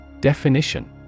Definition